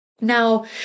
now